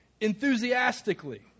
Enthusiastically